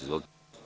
Izvolite.